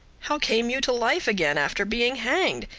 how came you to life again after being hanged?